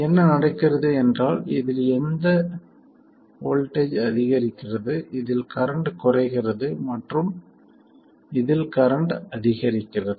என்ன நடக்கிறது என்றால் இதில் இந்த வோல்ட்டேஜ் அதிகரிக்கிறது இதில் கரண்ட் குறைகிறது மற்றும் இதில் கரண்ட் அதிகரிக்கிறது